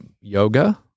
Yoga